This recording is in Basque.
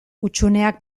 hutsuneak